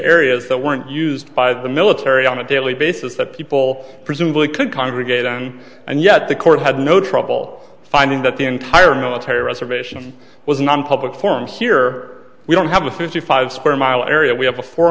areas that weren't used by the military on a daily basis that people presumably could congregate on and yet the court had no trouble finding that the entire military reservation was nonpublic forum here we don't have a fifty five square mile area we have a four